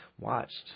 watched